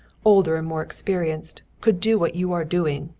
older and more experienced, could do what you are doing,